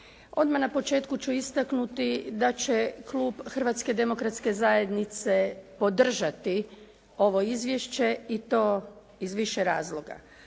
Odmah na početku ću istaknuti da će Klub Hrvatske demokratske zajednice podržati ovo izvješće i to iz više razloga.